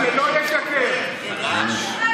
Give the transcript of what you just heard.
שלא, להסתכל עליכם.